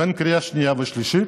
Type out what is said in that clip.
בין הקריאה השנייה והשלישית,